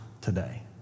today